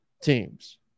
teams